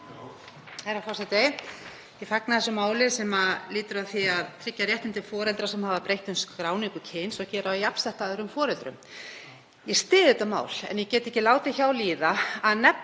Herra forseti. Ég fagna þessu máli sem lýtur að því að tryggja réttindi foreldra sem hafa breytt um skráningu kyns og gera þá jafnsetta öðrum foreldrum. Ég styð þetta mál en ég get ekki látið hjá líða að nefna